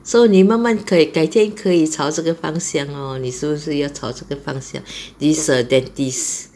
so 你慢慢可以改天可以朝这个方向 lor 你是不是要朝这个方向 this err dentist